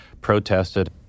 protested